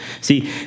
See